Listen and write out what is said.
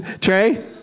Trey